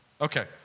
Okay